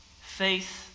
faith